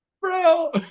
Bro